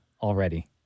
already